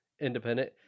independent